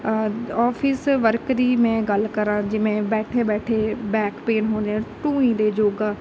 office work ਦੀ ਮੈਂ ਗੱਲ ਕਰਾਂ ਜਿਵੇਂ ਬੈਠੇ ਬੈਠੇ ਬੈਕ ਪੇਨ ਹੋ ਜਾਣਾ ਢੂਹੀ ਦੇ ਯੋਗਾ